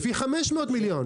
לפי 500 מיליון.